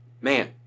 Man